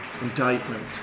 indictment